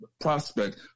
prospect